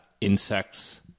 insects